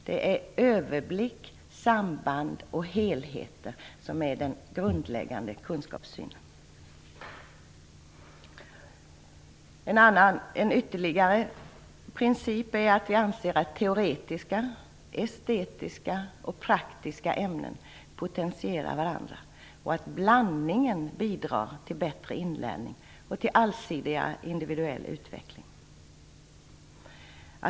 Det är överblick, samband och helheter som är den grundläggande kunskapssynen. En ytterligare princip är att vi anser att teoretiska, estetiska och praktiska ämnen potentierar varandra och att blandningen bidrar till bättre inlärning och till allsidigare individuell utveckling.